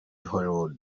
hollywood